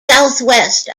southwest